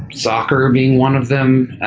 soccer being one of them.